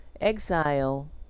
exile